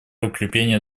укрепления